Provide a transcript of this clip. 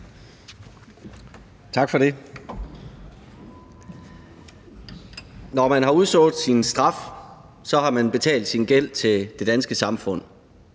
Tak for det. Når man har udstået sin straf, har man betalt sin gæld til det danske samfund,